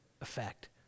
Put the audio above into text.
effect